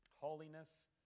Holiness